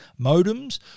modems